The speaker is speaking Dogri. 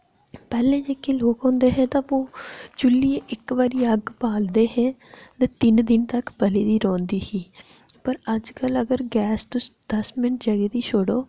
पैह्ले जेह्के लोक होंदे हे ते पु चुल्ली इक बारी अग्ग बालदे हे ते तिन दिन तक बली दी रोह्नदी ही पर अज्जकल अगर गैस तुस दस मिन्ट जगी दी छोड़ो